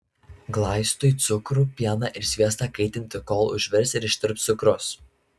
glaistui cukrų pieną ir sviestą kaitinti kol užvirs ir ištirps cukrus